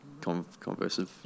conversive